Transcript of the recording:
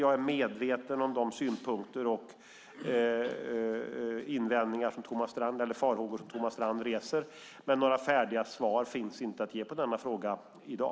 Jag är medveten om de synpunkter och farhågor som Thomas Strand reser, men några färdiga svar finns inte att ge på denna fråga i dag.